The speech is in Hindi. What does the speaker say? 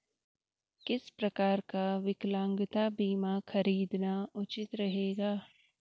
किस प्रकार का विकलांगता बीमा खरीदना उचित रहेगा?